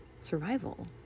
survival